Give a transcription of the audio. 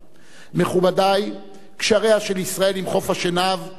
קשריה של ישראל עם חוף-השנהב הם יציבים וטובים.